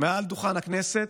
מעל דוכן הכנסת,